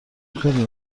خیلی